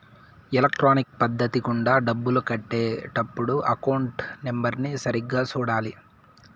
electronic పద్ధతి గుండా డబ్బులు కట్టే టప్పుడు అకౌంట్ నెంబర్ని సరిగ్గా సూడాలి